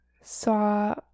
saw